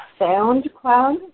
SoundCloud